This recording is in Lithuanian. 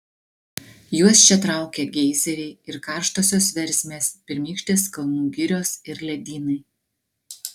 juos čia traukia geizeriai ir karštosios versmės pirmykštės kalnų girios ir ledynai